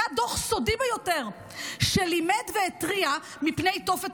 היה דוח סודי ביותר שלימד והתריע מפני תופת